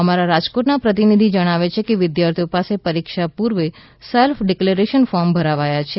અમારા રાજકોટના પ્રતિનિધિ જણાવે છે કે વિદ્યાર્થી પાસે પરીક્ષા પૂર્વે સેલ્ફ ડિક્લેરેશન ફોર્મ ભરાવાયા છે